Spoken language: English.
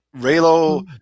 Raylo